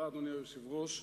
אדוני היושב-ראש,